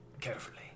Carefully